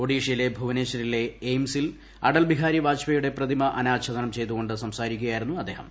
ഒഡീഷയിലെ ഭുവനേശ്വരിലെ എയിംസിൽ അടൽബിഹാരി വാജ്പേയുടെ പ്രതിമ അനാച്ഛാദനം ചെയ്തുകൊണ്ട് സംസാരിക്കുകയായിരുന്നു അദ്ദേഹം